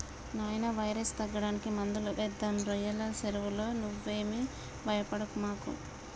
నాయినా వైరస్ తగ్గడానికి మందులు వేద్దాం రోయ్యల సెరువులో నువ్వేమీ భయపడమాకు